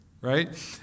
right